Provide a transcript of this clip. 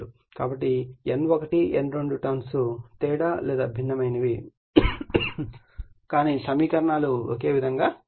కాబట్టి N1 N2 turns తేడా లేదా భిన్నమైనవి కానీ సమీకరణాలు ఒకే విధంగా ఉంటాయి